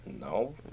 No